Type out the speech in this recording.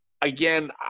again